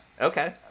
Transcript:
Okay